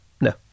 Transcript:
no